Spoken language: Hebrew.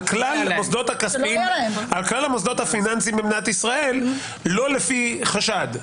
כלל מוסדות הפיננסיים במדינת ישראל לא לפי חשד.